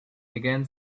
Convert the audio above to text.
again